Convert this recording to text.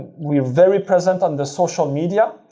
we are very present on the social media.